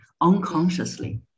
unconsciously